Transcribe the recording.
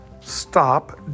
Stop